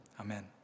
Amen